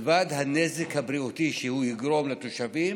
ומלבד הנזק הבריאותי שהוא יגרום לתושבים